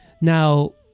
now